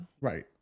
right